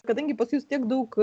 kadangi pas jus tiek daug